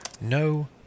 No